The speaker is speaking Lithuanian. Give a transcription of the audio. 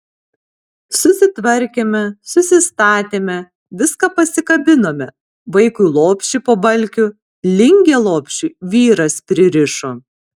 susitvarkėme susistatėme viską pasikabinome vaikui lopšį po balkiu lingę lopšiui vyras pririšo